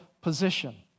position